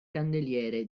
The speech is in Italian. candeliere